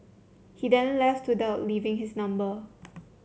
he then left without leaving his number